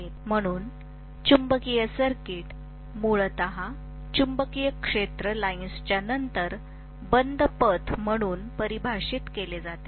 म्हणून चुंबकीय सर्किट मूलत चुंबकीय क्षेत्र लाइन्सच्या नंतर बंद पथ म्हणून परिभाषित केले जाते